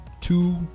two